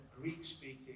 Greek-speaking